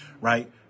right